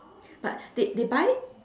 but they they buy